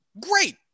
great